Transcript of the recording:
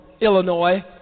Illinois